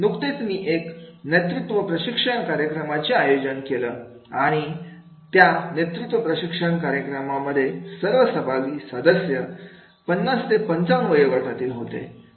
नुकतेच मी एक नेतृत्व प्रशिक्षण कार्यक्रमाचे आयोजन केलेलं आणि त्या नेतृत्व प्रशिक्षण कार्यक्रमांमध्ये सर्व सहभागी सदस्य 50 ते 55 वयोगटातील होते